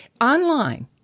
online